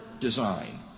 design